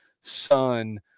son